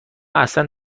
اصلا